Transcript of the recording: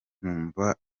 nkumva